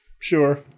Sure